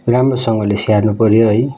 राम्रोसँगले स्याहार्नुपऱ्यो है